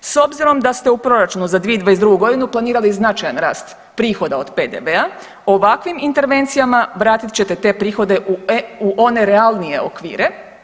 S obzirom da ste u proračunu za 2022. godinu planirali značajan rast prihoda od PDV-a ovakvim intervencijama vratit ćete te prihode u one realnije okvire.